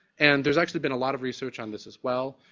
and there's actually been a lot of research on this as well.